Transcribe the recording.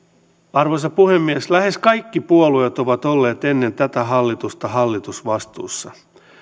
arvoisa puhemies lähes kaikki puolueet ovat olleet ennen tätä hallitusta hallitusvastuussa